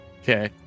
Okay